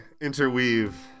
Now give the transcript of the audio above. interweave